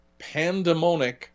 pandemonic